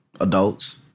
adults